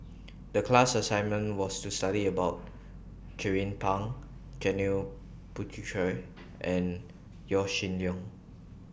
The class assignment was to study about Jernnine Pang Janil Puthucheary and Yaw Shin Leong